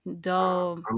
Dope